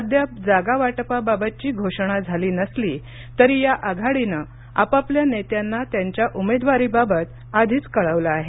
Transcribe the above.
अद्याप जागावाटपाबाबतची घोषणा झाली नसली तरी या आघाडीनं आपापल्या नेत्यांना त्यांच्या उमेदवारीबाबत आधीच कळवलं आहे